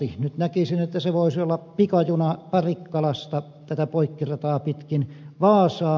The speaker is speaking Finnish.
nyt näkisin että se voisi olla pikajuna parikkalasta tätä poikkirataa pitkin vaasaan